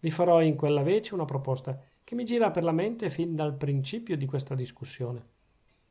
vi farò in quella vece una proposta che mi gira per la mente fin dal principio di questa discussione